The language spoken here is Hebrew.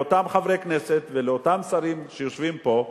לאותם חברי הכנסת ואותם שרים שיושבים פה,